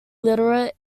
literate